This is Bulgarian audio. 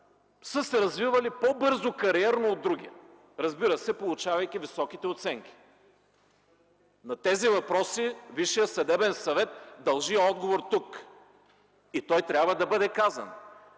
са се развивали кариерно по-бързо от другите, получавайки високите оценки?! На тези въпроси Висшият съдебен съвет дължи отговор тук! И той трябва да бъде казан,